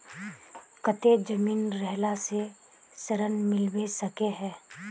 केते जमीन रहला से ऋण मिलबे सके है?